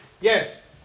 Yes